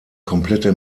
komplette